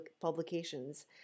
publications